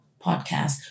podcast